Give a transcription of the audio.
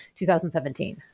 2017